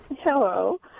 Hello